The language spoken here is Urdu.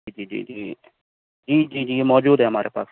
جی جی جی جی جی جی موجود ہے ہمارے پاس